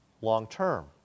long-term